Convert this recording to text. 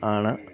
ആണ്